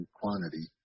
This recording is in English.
quantity